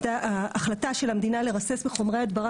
ההחלטה של המדינה לרסס בחומרי הדברה